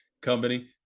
company